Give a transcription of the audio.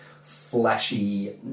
fleshy